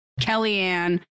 Kellyanne